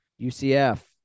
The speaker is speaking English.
UCF